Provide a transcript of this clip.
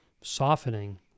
softening